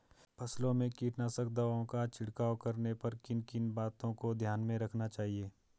फसलों में कीटनाशक दवाओं का छिड़काव करने पर किन किन बातों को ध्यान में रखना चाहिए?